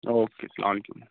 okay سلام علیکم